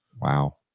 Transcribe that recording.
Wow